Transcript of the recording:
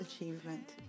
achievement